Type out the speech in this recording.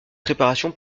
préparation